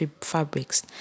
fabrics